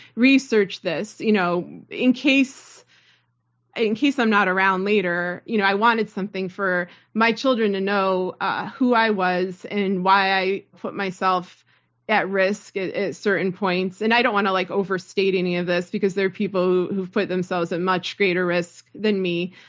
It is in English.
research this you know in case and and case i'm not around later. you know i wanted something for my children to know ah who i was and why i put myself at risk at at certain points. and i don't want to like overstate any of this because there are people who put themselves at much greater risk than me.